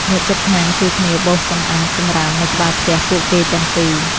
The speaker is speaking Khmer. អ្នកជិតខាងជួយគ្នាបោសសម្អាតសំរាមនៅក្បែរផ្ទះពួកគេទាំងពីរ។